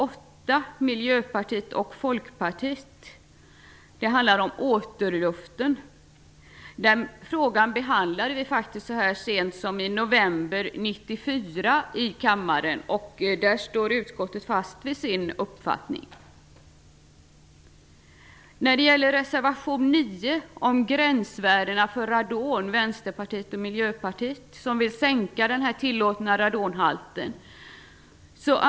8 handlar om återluften. Frågan behandlades faktiskt i kammaren så sent som i november 1994, och utskottet står fast vid sin uppfattning. Vänsterpartiet och Miljöpartiet föreslår i reservation 9 att den tillåtna radonhalten sänks.